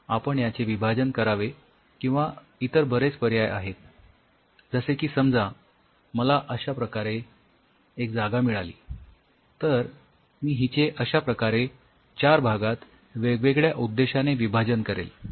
आपण याचे विभाजन करावे किंवा इतर बरेच पर्याय आहेत जसे की समजा मला अश्या प्रकारे जागा मिळाली तर मी हिचे अश्या प्रकारे चार भागात वेगवेगळ्या उद्देशाने विभाजन करेल